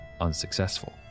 unsuccessful